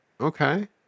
Okay